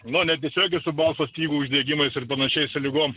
nu netiesiogiai su balso stygų uždegimais ir panašiai su ligom